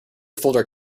folder